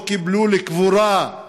שהוטל עלי ועל חברי בידי ועדת האתיקה.